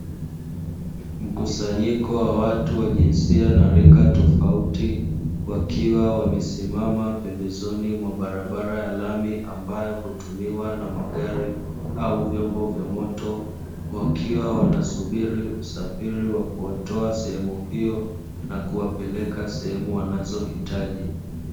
Mkusanyiko wa watu wa jinsia na rika tofauti, wakiwa wamesimama pembezoni mwa barabara ya lami ambayo hutumiwa na magari au vyombo vya moto wakiwa wanasubiri usafiri wa kuwatoa sehemu hiyo na kuwapeleka sehemu wanazo hitaji.